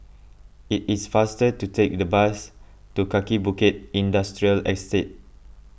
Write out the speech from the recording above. it is faster to take the bus to Kaki Bukit Industrial Estate